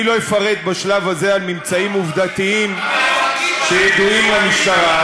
אני לא אפרט בשלב הזה על ממצאים עובדתיים שידועים למשטרה,